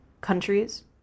countries